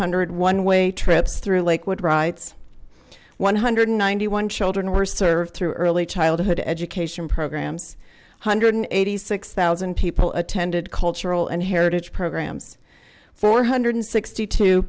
hundred one way trips through lakewood rides one hundred and ninety one children were served through early childhood education programs one hundred and eighty six thousand people attended cultural and heritage programs four hundred and sixty two